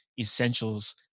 essentials